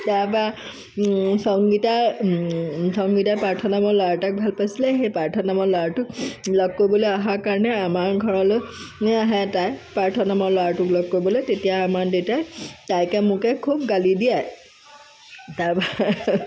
তাৰপা সংগীতা সংগীতাই পাৰ্থ নামৰ ল'ৰা এটাক ভাল পাইছিলে সেই পাৰ্থ নামৰ ল'ৰাটোক লগ কৰিবলৈ অহাৰ কাৰণে আমাৰ ঘৰলৈ এনে আহে তাই পাৰ্থ নামৰ ল'ৰাটোক লগ কৰিবলৈ তেতিয়া আমাৰ দেউতাই তাইকে মোকে খুব গালি দিয়ে তাৰপৰা